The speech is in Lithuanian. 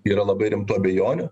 yra labai rimtų abejonių